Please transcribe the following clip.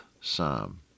Psalm